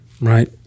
Right